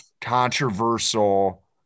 controversial